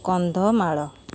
Kandhamal